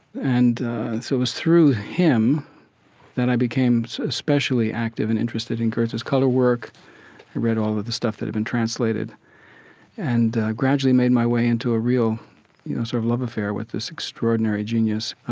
and so it was through him that i became especially active and interested in goethe's color work. i read all of the stuff that had been translated and gradually made my way into a real sort of love affair with this extraordinary genius.